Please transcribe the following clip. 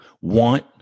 want